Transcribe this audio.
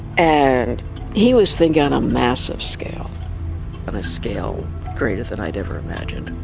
and he was thinking a massive scale, on a scale greater than i'd never imagined